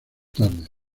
tarde